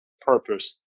purpose